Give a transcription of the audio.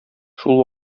шул